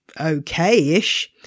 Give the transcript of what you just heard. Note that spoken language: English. okay-ish